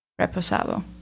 reposado